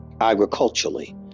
agriculturally